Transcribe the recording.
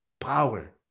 Power